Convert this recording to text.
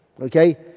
Okay